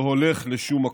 לא הולך לשום מקום.